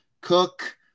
Cook